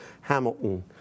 Hamilton